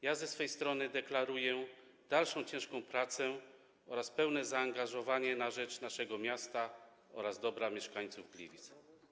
Ja ze swojej strony deklaruję dalszą ciężką pracę oraz pełne zaangażowanie na rzecz naszego miasta oraz dobra mieszkańców Gliwic.